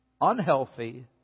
unhealthy